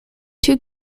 two